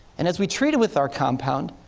and as we treat it with our compound,